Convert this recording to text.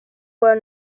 were